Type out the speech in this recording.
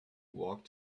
walk